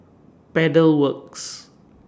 Pedal Works